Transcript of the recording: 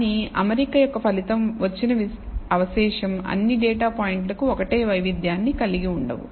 కానీ అమరిక యొక్క ఫలితంగా వచ్చిన అవశేషం అన్ని డేటా పాయింట్లకు ఒకటే వైవిధ్యాన్ని కలిగి ఉండవు